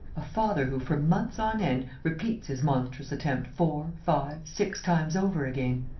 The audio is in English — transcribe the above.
a father who, for months on end, repeats his monstrous attempt four, five, six times over again.